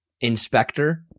inspector